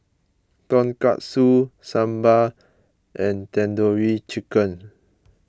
Tonkatsu Sambar and Tandoori Chicken